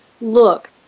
look